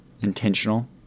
intentional